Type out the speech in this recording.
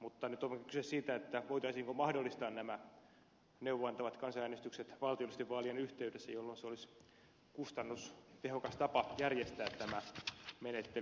mutta nyt on kyse siitä voitaisiinko mahdollistaa nämä neuvoa antavat kansanäänestykset valtiollisten vaalien yhteydessä jolloin se olisi kustannustehokas tapa järjestää tämä menettely